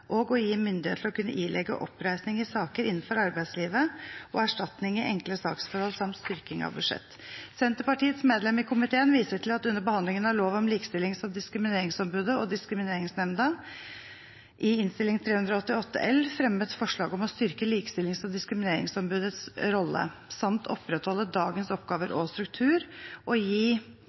og å gi myndighet til å kunne ilegge oppreisning i saker innenfor arbeidslivet og erstatning i enkle saksforhold samt styrking av budsjett. Senterpartiets medlem i komiteen viser til at Senterpartiet under behandlingen av lov om Likestillings- og diskrimineringsombudet og Diskrimineringsnemnda i Innst. 388 L for 2016–2017 fremmet forslag om å styrke Likestillings- og diskrimineringsombudets rolle samt opprettholde dagens oppgaver og struktur og gi